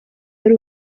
ari